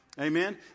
Amen